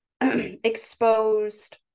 exposed